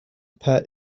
pat